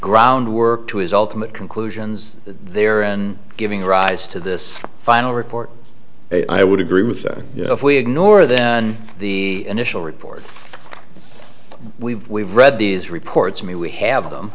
ground work to his ultimate conclusions there and giving rise to this final report i would agree with that if we ignore them and the initial reports we've we've read these reports i mean we have them